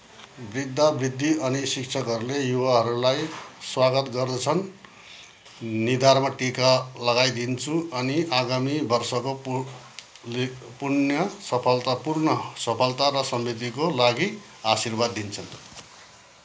वृद्धवृद्धा अनि शिक्षकहरूले युवाहरूलाई स्वागत गर्छन् निधारमा टिका लगाइदिन्छु अनि आगामी वर्षको पुण्य सफलतापूर्ण सफलता र समृद्धिका लागि आशिर्वाद दिन्छन्